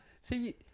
See